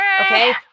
Okay